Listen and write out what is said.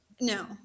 No